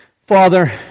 Father